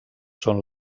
són